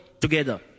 together